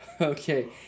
Okay